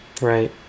Right